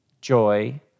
joy